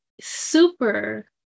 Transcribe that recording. super